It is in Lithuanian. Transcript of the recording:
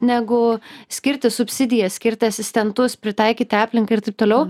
negu skirti subsidiją skirti asistentus pritaikyti aplinką ir taip toliau